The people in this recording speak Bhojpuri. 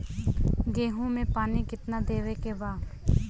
गेहूँ मे पानी कितनादेवे के बा?